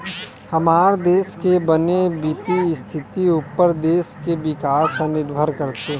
हमर देस के बने बित्तीय इस्थिति उप्पर देस के बिकास ह निरभर करथे